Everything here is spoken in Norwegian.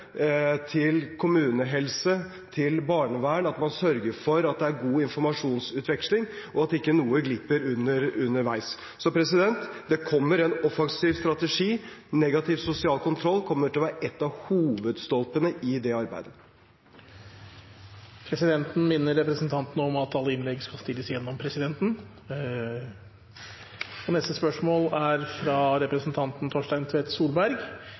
til kommunehelse til barnevern, at man sørger for at det er informasjonsutveksling og at ikke noe glipper underveis. Det kommer en offensiv strategi, negativ sosial kontroll kommer til å være en av hovedstolpene i det arbeidet. «Regjeringen har besluttet å flytte Foreldreutvalget for grunnopplæringen, FUG» – og Foreldreutvalget for barnehager, FUB, som dessverre falt ut av mitt spørsmål